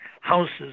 houses